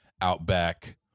Outback